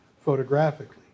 photographically